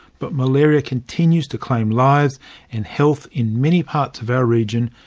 but malaria continues to claim lives and health in many parts of our region,